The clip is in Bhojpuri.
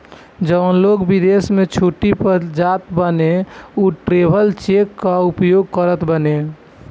जवन लोग विदेश में छुट्टी पअ जात बाने उ ट्रैवलर चेक कअ उपयोग करत बाने